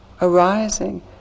arising